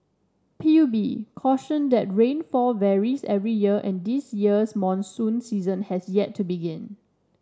P U B cautioned that rainfall varies every year and this year's monsoon season has yet to begin